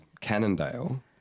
Cannondale